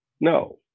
No